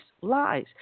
lies